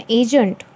agent